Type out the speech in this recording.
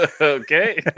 okay